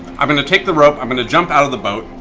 i'm going to take the rope. i'm going to jump out of the boat.